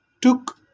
took